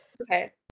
okay